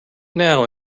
now